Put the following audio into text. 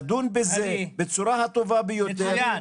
נדון בזה בצורה הטובה ביותר,